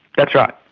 that's right.